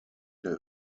der